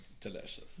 delicious